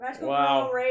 Wow